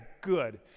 good